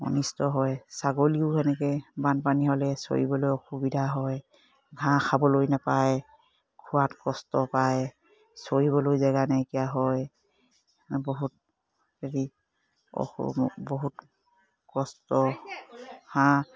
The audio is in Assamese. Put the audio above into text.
অনিষ্ট হয় ছাগলীও সেনেকৈ বানপানী হ'লে চৰিবলৈ অসুবিধা হয় ঘাঁহ খাবলৈ নোপায় খোৱাত কষ্ট পায় চৰিবলৈ জেগা নাইকিয়া হয় বহুত হেৰি বহুত কষ্ট হাঁহ